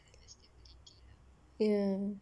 ya